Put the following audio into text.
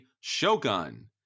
Shogun